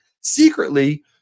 secretly